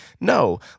no